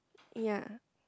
ya